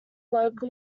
local